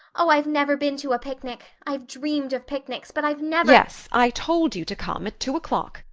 oh, i've never been to a picnic i've dreamed of picnics, but i've never yes, i told you to come at two o'clock.